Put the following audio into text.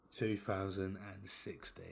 2016